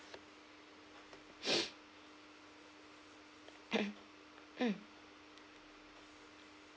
mm